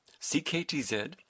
CKTZ